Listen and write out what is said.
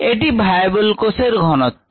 এটি ভায়াবল কোষের ঘনত্ব